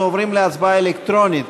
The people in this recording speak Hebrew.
אנחנו עוברים להצבעה אלקטרונית,